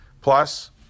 Plus